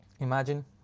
Imagine